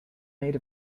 made